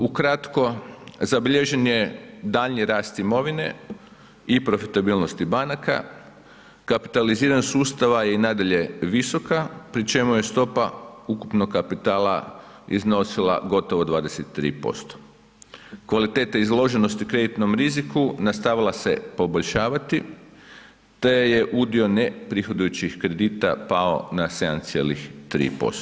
Ukratko, zabilježen je daljnji rast imovine i profitabilnosti banaka, kapitaliziranje sustava i nadalje je visoka pri čemu je stopa ukupnog kapitala iznosila gotovo 23%, kvaliteta izloženosti kreditnom riziku nastavila se poboljšavati, te je udio neprihodujućih kredita pao na 7,3%